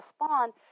respond